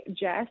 Jess